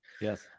yes